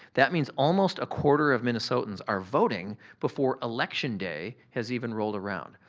that means almost a quarter of minnesotans are voting before election day has even rolled around.